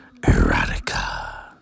erotica